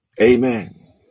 Amen